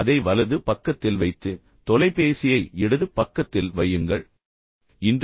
எனவே அதை வலது பக்கத்தில் வைத்து தொலைபேசியை இடது பக்கத்தில் வைத்து உங்கள் தொலைபேசியை அறிந்து கொள்ளுங்கள்